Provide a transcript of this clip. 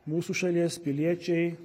mūsų šalies piliečiai